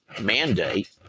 mandate